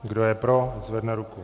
Kdo je pro, zvedne ruku.